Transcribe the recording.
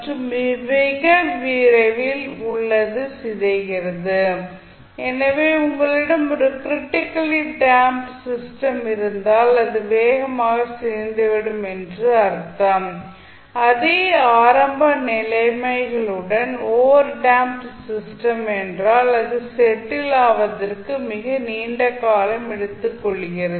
மற்றும் மிக விரைவாக உள்ளது சிதைகிறது எனவே உங்களிடம் ஒரு க்ரிட்டிக்கல்லி டேம்ப்ட் சிஸ்டம் இருந்தால் அது வேகமாக சிதைந்துவிடும் என்று அர்த்தம் அதே ஆரம்ப நிலைமைகளுடன் ஓவர் டேம்ப்ட் சிஸ்டம் என்றால் அது செட்டில் ஆவதற்கு மிக நீண்ட காலம் எடுத்துக் கொள்கிறது